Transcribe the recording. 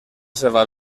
seva